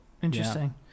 Interesting